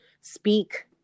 speak